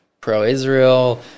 pro-Israel